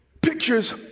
Pictures